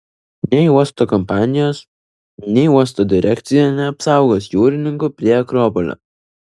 nei uosto kompanijos nei uosto direkcija neapsaugos jūrininkų prie akropolio